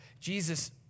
Jesus